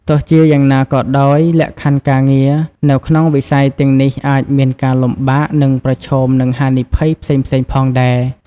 ទោះជាយ៉ាងណាក៏ដោយ លក្ខខណ្ឌការងារនៅក្នុងវិស័យទាំងនេះអាចមានការលំបាក និងប្រឈមនឹងហានិភ័យផ្សេងៗផងដែរ ។